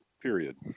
Period